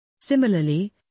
Similarly